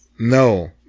No